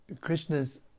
Krishna's